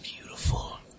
beautiful